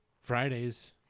Fridays